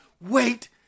Wait